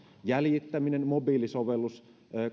jäljittäminen mobiilisovellus